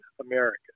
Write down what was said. America